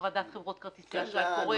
הפרדת חברות כרטיסי האשראי קורית,